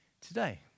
today